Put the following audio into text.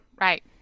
Right